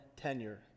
tenure